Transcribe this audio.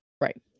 Right